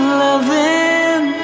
loving